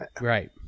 Right